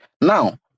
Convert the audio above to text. Now